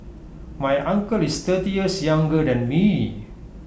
my uncle is thirty years younger than me